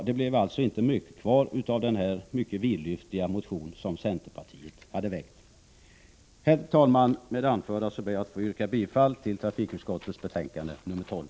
Det blev alltså inte mycket kvar av den mycket vidlyftiga motion som centerpartiet har väckt. Herr talman! Med det anförda ber jag att få yrka bifall till hemställan i trafikutskottets betänkande 12.